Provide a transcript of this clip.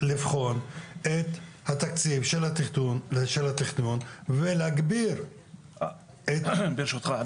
לבחון את התקציב של התכנון ולהגביר --- ברשותך,